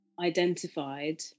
identified